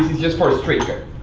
just for straight cut.